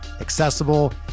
accessible